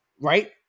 right